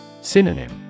Synonym